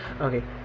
okay